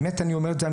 באמת אני אומר את זה,